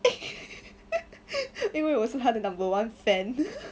因为我是他的 number one fan